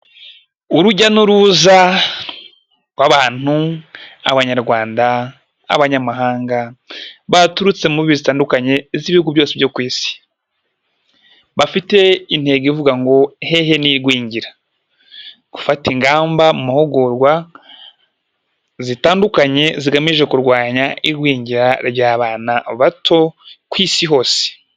Urujya n'uruza rw'abantu, abanyarwanda, abanyamahanga, baturutse mu mpande zitandukanye z'ibihugu byose byo ku isi. Bafite intego ivuga ngo hehe n'igwingira, gutanga amahugurwa atandukanye hagamijwe kurwanya igwingira ry'abana bato ku isi hose.